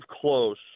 close